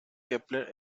kepler